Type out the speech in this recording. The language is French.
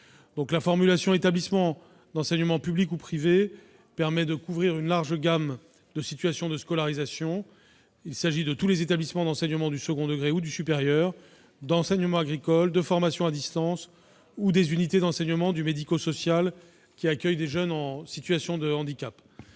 La formulation « établissements d'enseignement public ou privé » permet de couvrir une large gamme de situations de scolarisation. Il s'agit de tous les établissements d'enseignement du second degré ou du supérieur, d'enseignement agricole, de formation à distance ou des unités d'enseignement du médico-social qui accueillent des jeunes en situation de handicap.